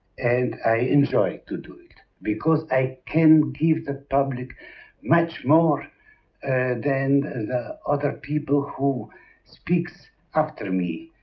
and i enjoy to do it because i can give the public much more than the other people who speaks after me.